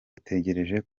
dutegereje